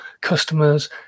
customers